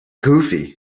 goofy